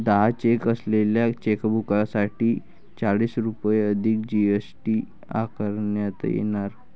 दहा चेक असलेल्या चेकबुकसाठी चाळीस रुपये अधिक जी.एस.टी आकारण्यात येणार